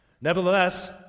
Nevertheless